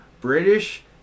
British